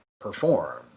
perform